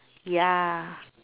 ya